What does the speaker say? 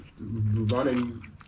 running